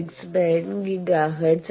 869 gigahertz ആണ്